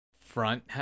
front